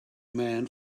men